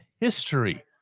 history